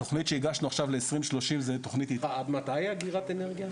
התכנית שהגשנו עכשיו ל-2030 היא תכנית --- עד מתי אגירת האנרגיה?